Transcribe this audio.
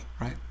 right